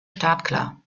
startklar